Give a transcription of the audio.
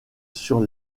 sur